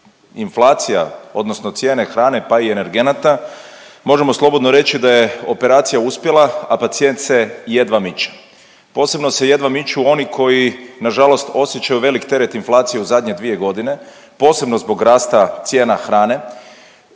inflacija odnosno cijene hrane, pa i energenata, možemo slobodno reći da je operacija uspjela, a pacijent se jedva miče. Posebno se jedva miču oni koji nažalost osjećaju velik teret inflacije u zadnje 2.g., posebno zbog rasta cijena hrane,